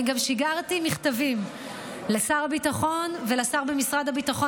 אני גם שיגרתי מכתבים לשר הביטחון ולשר במשרד הביטחון,